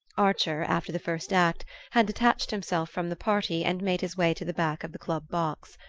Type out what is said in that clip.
archer, after the first act, had detached himself from the party and made his way to the back of the club box.